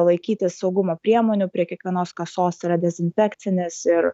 laikytis saugumo priemonių prie kiekvienos kasos yra dezinfekcinės ir